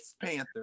Panther